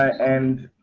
and